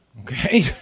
Okay